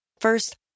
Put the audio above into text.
First